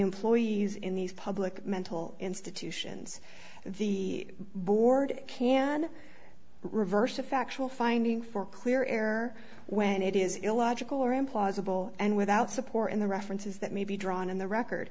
employees in these public mental institutions the board can reverse a factual finding for clear error when it is illogical or implausible and without support in the references that may be drawn in the record